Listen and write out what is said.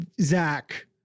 Zach